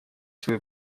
свою